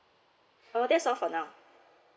oh that's all for now